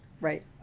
right